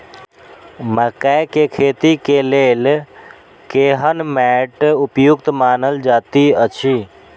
मकैय के खेती के लेल केहन मैट उपयुक्त मानल जाति अछि?